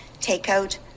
takeout